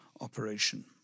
operation